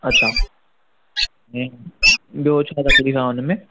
अच्छा जी ॿियो छा तकलीफ़ आहे हुन में